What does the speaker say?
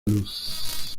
luz